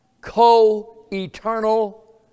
co-eternal